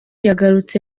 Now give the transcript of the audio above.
yagarutse